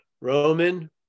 roman